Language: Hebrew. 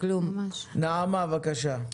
נעמה, בבקשה.